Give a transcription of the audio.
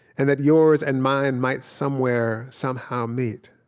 and that yours and mine might somewhere, somehow, meet.